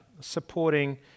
supporting